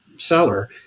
Seller